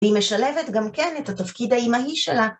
‫והיא משלבת גם כן ‫את התפקיד האמהי שלה.